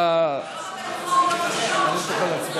זה לא רק,